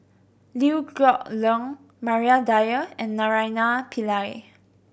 Liew Geok Leong Maria Dyer and Naraina Pillai